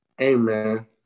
Amen